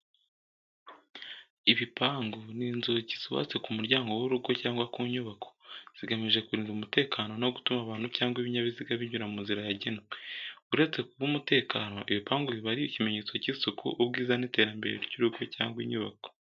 Ibipangu ni inzugi zubatse ku muryango w’urugo cyangwa ku nyubako, zigamije kurinda umutekano no gutuma abantu cyangwa ibinyabiziga binyura mu nzira yagenwe. Uretse kuba umutekano, ibipangu biba ari ikimenyetso cy’isuku, ubwiza n’iterambere ry’urugo cyangwa inyubako.